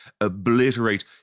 obliterate